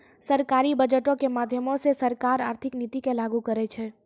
सरकारी बजटो के माध्यमो से सरकार आर्थिक नीति के लागू करै छै